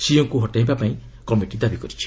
ସିଇଓଙ୍କୁ ହଟାଇବାକୁ କମିଟି ଦାବି କରିଛି